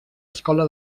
escola